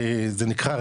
זה נקרא,